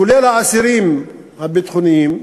כולל האסירים הביטחוניים,